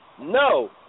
No